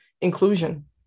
inclusion